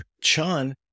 Chun